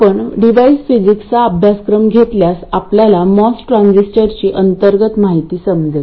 आपण डिव्हाइस फिजिक्सचा अभ्यासक्रम घेतल्यास आपल्याला मॉस ट्रान्झिस्टरची अंतर्गत माहिती समजेल